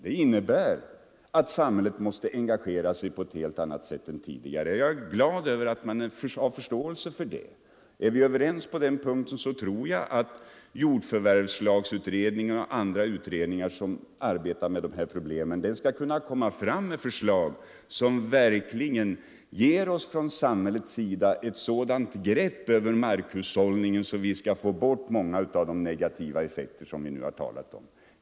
Det innebär att samhället måste engagera sig på ett helt annat sätt än tidigare, och jag är glad över att man har förståelse för det. Råder det enighet på den punkten tror jag att jordförvärvslagutredningen och andra utredningar som arbetar med de här 179 problemen skall kunna lägga fram förslag som ger oss ett sådant grepp från samhällets sida över markhushållningen att vi kan få bort många av de negativa effekter som nu diskuteras.